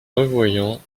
revoyant